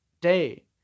day